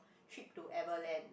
trip to Everland